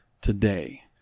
today